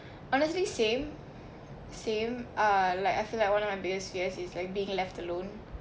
honestly same same ah like I feel like one of my biggest fear is like being left alone